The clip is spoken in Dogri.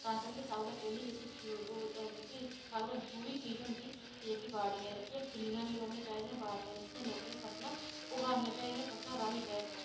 तां करियै पैह्लां जेह्की जरूरी चीज़ होंदी कि जेह्कियां बाड़ियां न ओह् खेड़ियां निं रौह्नियां निं चाही दियां न कि एह् लोकें जेह्कियां फसला उगानियां चाही दियां जा राह्नियां चाही दियां एह् फसलां